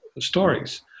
stories